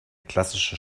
klassische